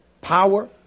power